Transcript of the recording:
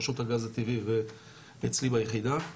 רשות הגז הטבעי ואצלי ביחידה,